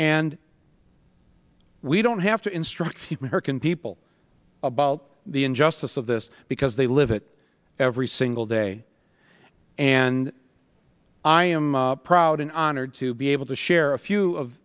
and we don't have to instruct him american people about the injustice of this because they live it every single day and i am proud and honored to be able to share a few of